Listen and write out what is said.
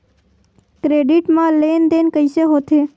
Credit मा लेन देन कइसे होथे?